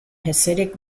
hasidic